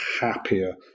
happier